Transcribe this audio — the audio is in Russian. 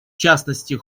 частности